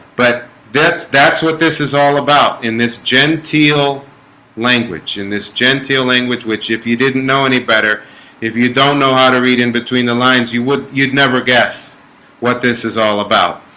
but that's that's what this is all about in this genteel language in this genteel language which if you didn't know any better if you don't know how to read in between the lines you would you'd never guess what this is all about?